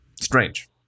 strange